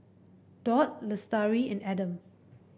Daud Lestari and Adam